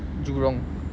jurong